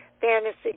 fantasy